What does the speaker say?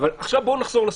עכשיו בואו נחזור לסיפור.